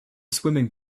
swimming